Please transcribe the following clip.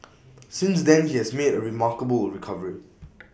since then he has made A remarkable recovery